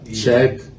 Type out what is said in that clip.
Check